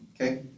okay